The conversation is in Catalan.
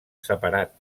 separat